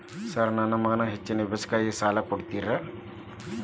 Sir ನನ್ನ ಮಗನ ಹೆಚ್ಚಿನ ವಿದ್ಯಾಭ್ಯಾಸಕ್ಕಾಗಿ ಸಾಲ ಕೊಡ್ತಿರಿ?